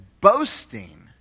boasting